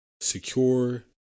secure